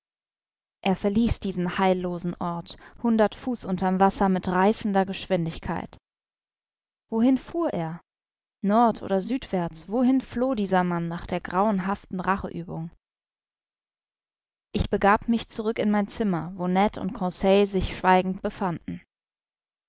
er verließ diesen heillosen ort hundert fuß unter'm wasser mit reißender schnelligkeit wohin fuhr er nord oder südwärts wohin floh dieser mann nach der grauenhaften racheübung ich begab mich zurück in mein zimmer wo ned und conseil sich schweigend befanden